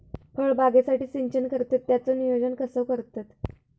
फळबागेसाठी सिंचन करतत त्याचो नियोजन कसो करतत?